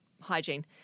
hygiene